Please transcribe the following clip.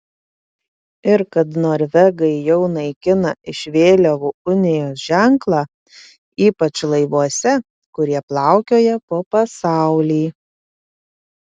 ir kad norvegai jau naikina iš vėliavų unijos ženklą ypač laivuose kurie plaukioja po pasaulį